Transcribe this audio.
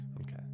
Okay